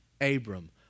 Abram